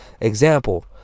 example